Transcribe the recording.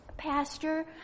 Pastor